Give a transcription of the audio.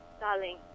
darling